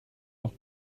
auch